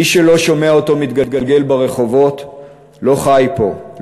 מי שלא שומע אותו מתגלגל ברחובות לא חי פה,